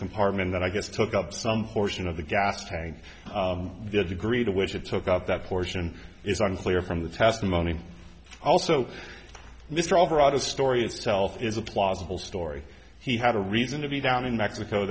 compartment that i guess took up some portion of the gas tank the degree to which it took out that portion is unclear from the testimony also mr overall the story itself is a plausible story he had a reason to be down in mexico